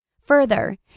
Further